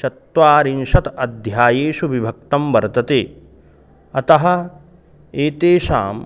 चत्वारिंशत् अध्यायेषु विभक्तं वर्तते अतः एतेषां